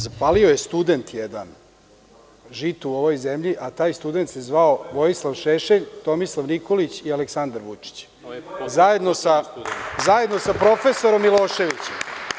Zapalio je jedan student žito u ovoj zemlji, a taj student se zvao Vojislav Šešelj, Tomislav Nikolić i Aleksandar Vučić, zajedno sa profesorom Miloševićem.